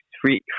Three